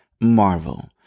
Marvel